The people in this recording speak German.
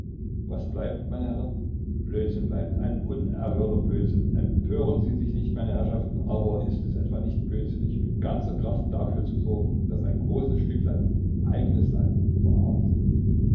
was bleibt meine herren blödsinn bleibt ein unerhörter blödsinn empören sie sich nicht meine herrschaften aber ist es etwa nicht blödsinnig mit ganzer kraft dafür zu sorgen daß ein großes stück land eigenes land verarmt